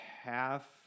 half